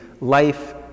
life